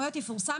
המשרד.